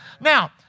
Now